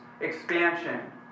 expansion